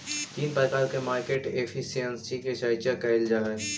तीन प्रकार के मार्केट एफिशिएंसी के चर्चा कैल जा हई